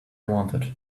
wanted